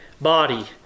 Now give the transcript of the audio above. body